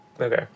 Okay